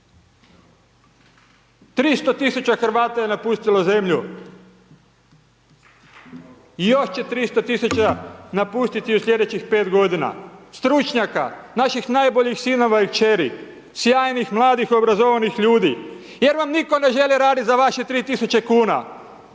300 000 Hrvata je napustilo zemlju i još će 300 000 napustiti u slijedećih 5 godina, stručnjaka, naših najboljih sinova i kćeri, sjajnih mladih obrazovanih ljudi, jer vam nitko ne želi raditi za vaše 3.000,00